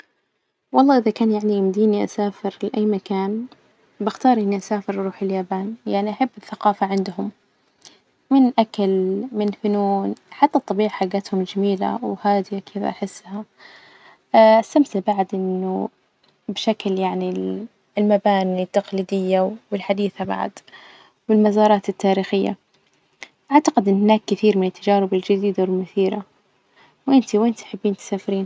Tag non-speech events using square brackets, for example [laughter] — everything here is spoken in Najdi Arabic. والله إذا كان يعني يمديني أسافر لأي مكان بختار إني أسافر أروح اليابان، يعني أحب الثقافة عندهم من أكل من فنون حتى الطبيعة حجتهم جميلة وهادية كذا أحسها [hesitation] أستمتع بعد إنه بشكل يعني ال- المباني التقليدية والحديثة بعد والمزارات التاريخية، أعتقد إن هناك كثير من التجارب الجديدة والمثيرة، وإنتي وين تحبين تسافرين?